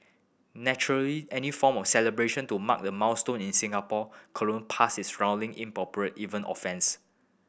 naturally any form of celebration to mark the milestone in Singapore colonial past is roundly inappropriate even offensive